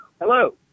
Hello